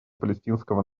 палестинского